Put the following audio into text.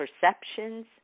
perceptions